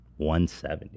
170